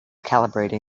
calibrating